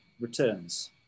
returns